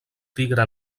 tigre